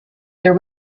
there